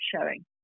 showing